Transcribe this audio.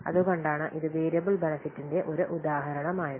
അതുകൊണ്ടാണ് ഇത് വേരിയബിൾ ബെനെഫിട്ടിന്റെ ഒരു ഉദാഹരണമായത്